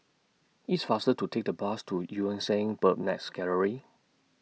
It's faster to Take The Bus to EU Yan Sang Bird's Nest Gallery